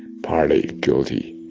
partly guilty.